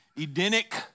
Edenic